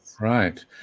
Right